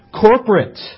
corporate